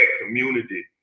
community